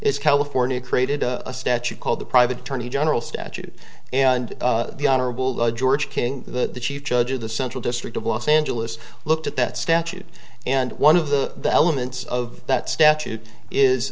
it's california created a statute called the private attorney general statute and the honorable the georgia king the chief judge of the central district of los angeles looked at that statute and one of the elements of that statute is